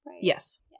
yes